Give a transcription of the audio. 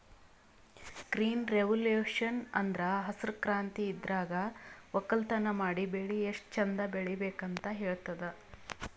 green revolution ಅಂದ್ರ ಹಸ್ರ್ ಕ್ರಾಂತಿ ಇದ್ರಾಗ್ ವಕ್ಕಲತನ್ ಮಾಡಿ ಬೆಳಿ ಎಷ್ಟ್ ಚಂದ್ ಬೆಳಿಬೇಕ್ ಅಂತ್ ಹೇಳ್ತದ್